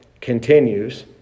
continues